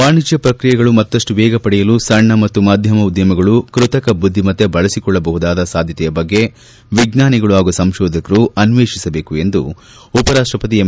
ವಾಣಿಜ್ಯ ಪ್ರಕ್ರಿಯೆಗಳು ಮತ್ತಷ್ಟು ವೇಗ ಪಡೆಯಲು ಸಣ್ಣ ಮತ್ತು ಮಧ್ಯಮ ಉದ್ಯಮಗಳು ಕೃತಕಬುದ್ಧಿಮತ್ತ ಬಳಸಿಕೊಳ್ಳಬಹುದಾದ ಸಾಧ್ಯತೆಯ ಬಗ್ಗೆ ವಿಜ್ವಾನಿಗಳು ಹಾಗೂ ಸಂಶೋಧಕರು ಅನ್ವೇಷಿಸಬೇಕು ಎಂದು ಉಪರಾಷ್ವಪತಿ ಎಂ